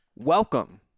Welcome